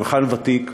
צנחן ותיק,